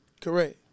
Correct